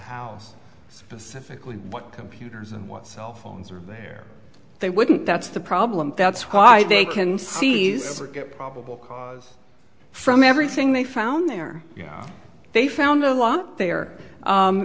house specifically what computers and what cell phones are there they wouldn't that's the problem that's why they can seize or get probable cause from everything they found there they found a lot there